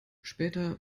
später